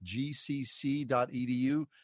gcc.edu